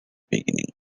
beginning